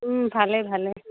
ভালেই ভালেই